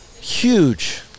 Huge